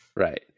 Right